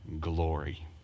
glory